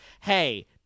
hey